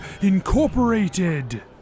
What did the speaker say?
Incorporated